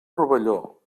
rovelló